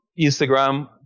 instagram